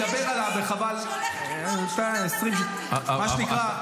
מגיל 12 עמית הלוי רצה שנבחרי ציבור יוכלו לקבל מתנות.